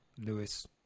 lewis